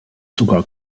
sogar